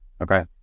Okay